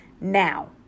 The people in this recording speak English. Now